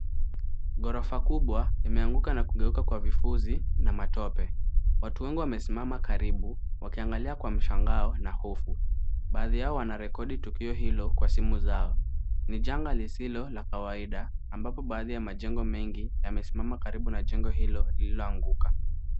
Ghorofa kubwa imeanguka na kugeuka kuwa vufusi na matope. Watu wengi wamesimama karibu wakiangalia kwa mshangao na hofu. Baadhi yao wanarekodi tukio hilo kwa simu zao. Ni janga lisilo la kawaida ambapo baadhi ya majengo mengi yamesimama karibu na jengo hilo lililoanguka.